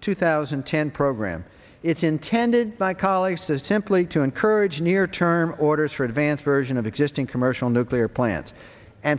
two thousand and ten program it's intended my colleague says simply to encourage near term orders for advanced version of existing commercial nuclear plant and